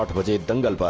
who did and but